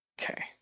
Okay